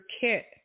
kit